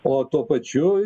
o tuo pačiu